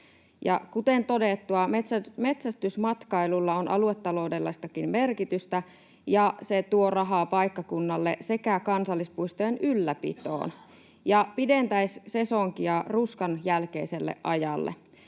kuten todettua, metsästysmatkailulla on aluetaloudellistakin merkitystä ja se tuo rahaa paikkakunnalle sekä kansallispuistojen ylläpitoon ja pidentäisi sesonkia ruskan jälkeiselle ajalle.